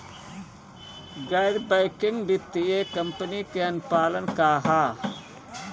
गैर बैंकिंग वित्तीय कंपनी के अनुपालन का ह?